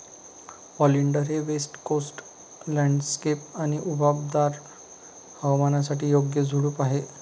oleander हे west coast landscape आणि उबदार हवामानासाठी योग्य झुडूप आहे